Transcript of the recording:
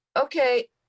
okay